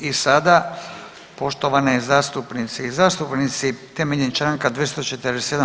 I sada poštovane zastupnice i zastupnici temeljem članka 247.